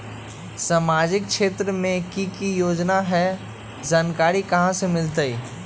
सामाजिक क्षेत्र मे कि की योजना है जानकारी कहाँ से मिलतै?